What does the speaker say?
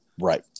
right